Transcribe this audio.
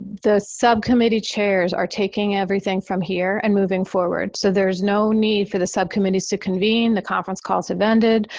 the subcommittee chairs are taking everything from here and moving forward. so there's no need for the subcommittees to convene the conference calls have ended.